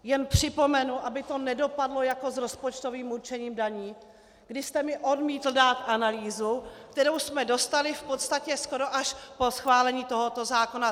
Jen připomenu, aby to nedopadlo jako s rozpočtovým určením daní, kdy jste mi odmítl dát analýzu, kterou jsme dostali v podstatě skoro až po schválení tohoto zákona.